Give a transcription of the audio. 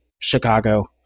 Chicago